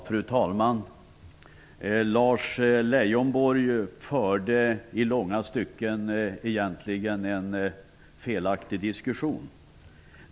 Fru talman! Lars Leijonborg förde i långa stycken egentligen en felaktig diskussion.